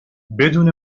بدون